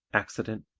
accident,